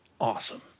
awesome